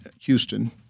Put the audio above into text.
Houston